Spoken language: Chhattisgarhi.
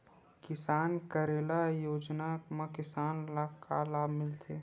किसान कलेवा योजना म किसान ल का लाभ मिलथे?